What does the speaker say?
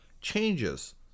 changes